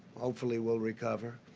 hopefully will recover.